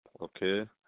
Okay